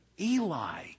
Eli